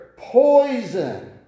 poison